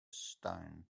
stone